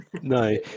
no